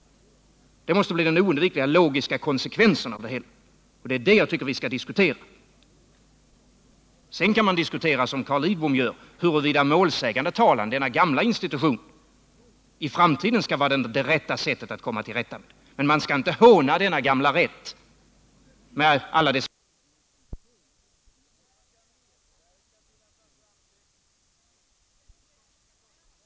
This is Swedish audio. Det måste bli den oundvikliga logiska konsekvensen av det hela. Och det är det jag tycker vi skall diskutera. Sedan kan man diskutera, som Carl Lidbom gör, huruvida målsägandetalan, denna gamla institution, i framtiden kan vara det bästa sättet att komma till rätta med problemen. Man skall emellertid inte håna denna gamla rätt med alla dess brister och ibland kanske orimliga konsekvenser, med mindre än att man har något vettigt att sätta i stället som medför samma kontrolleffekt gentemot de högre ämbetsmännen.